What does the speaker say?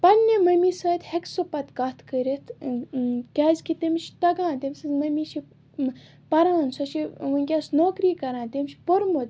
پَننہِ مٔمی سۭتۍ ہیٚکہِ سُہ پَتہٕ کَتھ کٔرِتھ کیازِ کہ تٔمِس چھِ تگان تٔمۍ سٕنٛز مٔمی چھِ پران سۄ چھِ وٕنکٮ۪س نوکری کران تٔمۍ چھُ پوٚرمُت